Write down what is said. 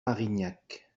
arignac